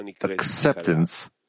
acceptance